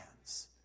hands